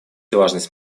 важность